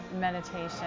meditation